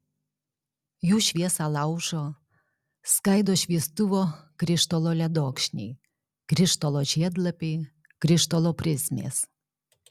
jų šviesą laužo skaido šviestuvo krištolo ledokšniai krištolo žiedlapiai krištolo prizmės